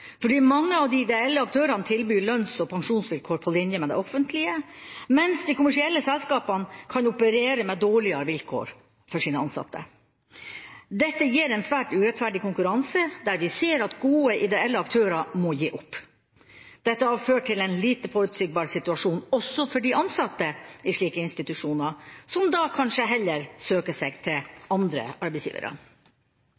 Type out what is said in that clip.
fordi mange av de ideelle aktørene tilbyr lønns- og pensjonsvilkår på linje med det offentlige, mens de kommersielle selskapene kan operere med dårligere vilkår for sine ansatte. Dette gir en svært urettferdig konkurranse, der vi ser at gode ideelle aktører må gi opp. Dette har ført til en lite forutsigbar situasjon også for de ansatte i slike institusjoner, som da kanskje heller søker seg til